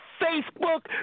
Facebook